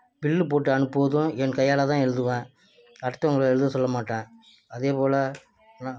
bill போட்டு அனுப்புவதும் என் கையால் தான் எழுதுவேன் அடுத்தவங்கள எழுத சொல்ல மாட்டேன் அதே போல நான்